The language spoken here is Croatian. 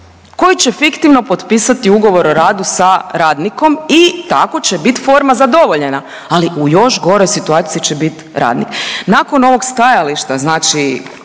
koji će fiktivno potpisati ugovor o radu sa radnikom i tako će bit forma zadovoljena, ali u još goroj situaciji će bit radnik. Nakon ovog stajališta znači